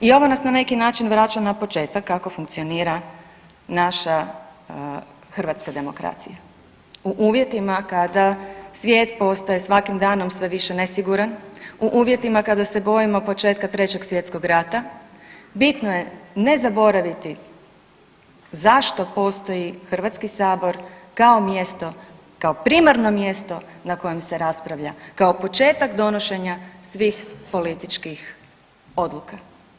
I ovo nas na neki način vraća na početak kako funkcionira naša hrvatska demokracija u uvjetima kada svijet postaje svakim danom sve više nesiguran, u uvjetima kada se bojimo početka Trećeg svjetskog rata bitno je ne zaboraviti zašto postoji Hrvatski sabor kao mjesto, kao primarno mjesto na kojem se raspravlja, kao početak donošenja svih političkih odluka.